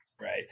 Right